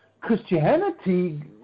Christianity